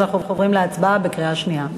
אז אנחנו עוברים להצבעה בקריאה שנייה.